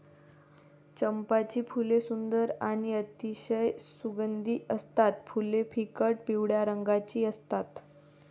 चंपाची फुले सुंदर आणि अतिशय सुगंधी असतात फुले फिकट पिवळ्या रंगाची असतात